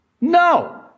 No